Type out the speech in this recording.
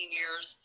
years